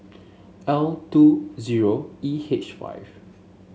L two zero E H five